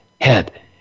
head